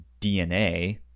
dna